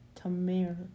Tamir